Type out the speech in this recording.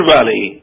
Valley